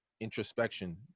introspection